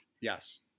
yes